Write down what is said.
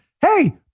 hey